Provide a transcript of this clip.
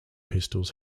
pistols